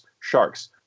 sharks